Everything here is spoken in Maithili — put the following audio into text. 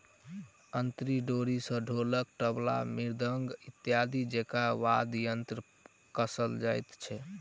अंतरी डोरी सॅ ढोलक, तबला, मृदंग इत्यादि जेंका वाद्य यंत्र कसल जाइत छै